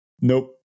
Nope